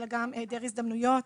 אלא גם היעדר הזדמנויות,